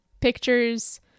pictures